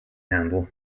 handle